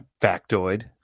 factoid